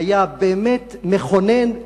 היה באמת מכונן.